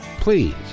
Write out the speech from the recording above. Please